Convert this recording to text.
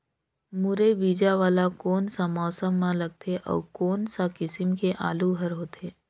मुरई बीजा वाला कोन सा मौसम म लगथे अउ कोन सा किसम के आलू हर होथे?